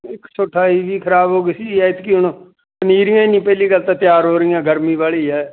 ਇੱਕ ਸੌ ਅਠਾਈ ਵੀ ਖਰਾਬ ਹੋ ਗਈ ਸੀ ਐਤਕੀ ਹੁਣ ਪਨੀਰੀਆਂ ਨਹੀਂ ਪਹਿਲੀ ਗੱਲ ਤਾਂ ਤਿਆਰ ਹੋ ਰਹੀਆਂ ਗਰਮੀ ਬਾਹਲੀ ਹੈ